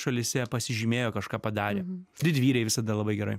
šalyse pasižymėjo kažką padarė didvyriai visada labai gerai